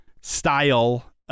style